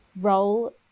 role